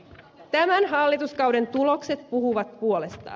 tämän hallituskauden tulokset puhuvat puolestaan